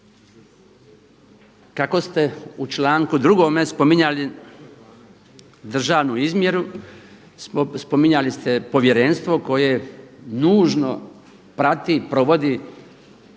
Kako ste u članku 2. spominjali državnu izmjeru, spominjali ste povjerenstvo koje nužno prati i provodi